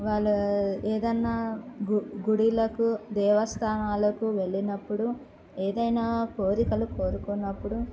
వాళ్ళు ఏదైనా గుడులకు దేవస్థానాలకు వెళ్ళినప్పుడు ఏదైనా కోరికలు కోరుకున్నప్పుడు